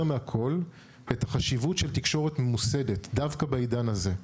מהכול את החשיבות של תקשורת ממוסדת דווקא בעידן הזה.